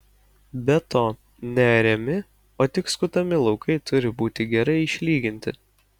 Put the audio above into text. be to neariami o tik skutami laukai turi būti gerai išlyginti